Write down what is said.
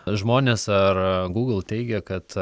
žmonės ar gūgl teigia kad